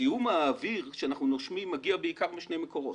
זיהום האוויר שאנחנו נושמים מגיע בעיקר משני מקורות,